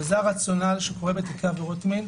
וזה הרציונל שקורה בתיקי עבירות מין,